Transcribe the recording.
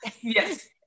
Yes